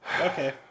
okay